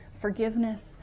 forgiveness